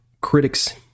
critics